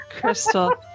crystal